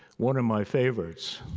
one of my favorites,